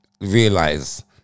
realize